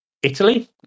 Italy